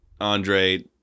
Andre